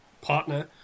partner